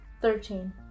Thirteen